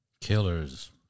Killers